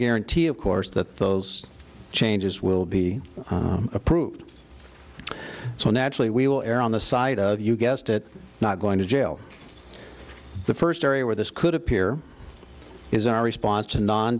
guarantee of course that those changes will be approved so naturally we will err on the side of you guessed it not going to jail the first area where this could appear is our response to non